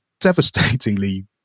devastatingly